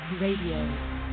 Radio